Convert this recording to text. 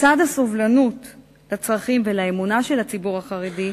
לצד הסובלנות לצרכים ולאמונה של הציבור החרדי,